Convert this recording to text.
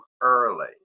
early